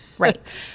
Right